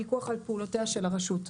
הפיקוח על פעולותיה של הרשות.